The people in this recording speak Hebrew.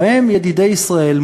ובהם ידידי ישראל,